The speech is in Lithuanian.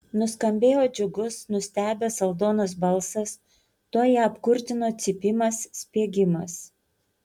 nuskambėjo džiugus nustebęs aldonos balsas tuoj ją apkurtino cypimas spiegimas